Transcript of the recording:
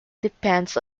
depends